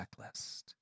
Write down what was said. checklist